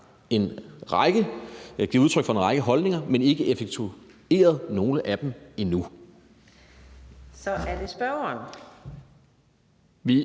en række holdninger, men ikke effektueret nogen af dem endnu. Kl. 13:20 Fjerde